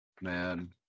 Man